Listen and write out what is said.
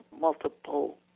multiple